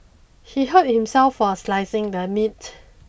he hurt himself while slicing the meat